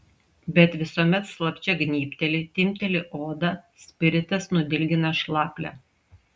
bet visuomet slapčia gnybteli timpteli odą spiritas nudilgina šlaplę